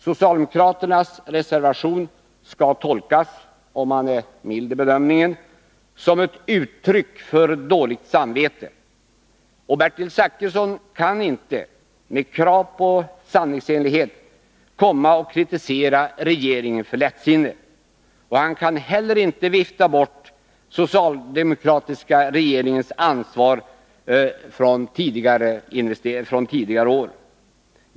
Socialdemokraternas reservation skall tolkas — om man är mild i bedömningen — som ett uttryck för dåligt samvete. Bertil Zachrisson kan inte med krav på sanningsenlighet komma och kritisera regeringen för lättsinne. Han kan heller inte vifta bort den socialdemokratiska regeringens ansvar från tidigare år.